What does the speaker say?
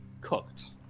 cooked